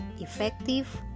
effective